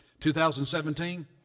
2017